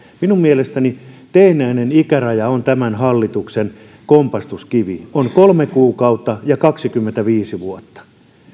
minun mielestäni teennäinen ikäraja on tämän hallituksen kompastuskivi on kolme kuukautta ja kaksikymmentäviisi vuotta